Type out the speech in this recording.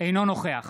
אינו נוכח